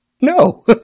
no